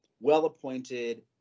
well-appointed